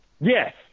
Yes